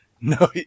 No